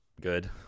good